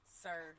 Sir